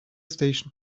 station